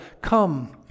Come